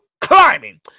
climbing